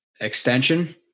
Extension